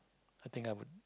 I think I would